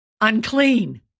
Unclean